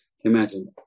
Imagine